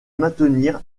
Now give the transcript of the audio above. maintenir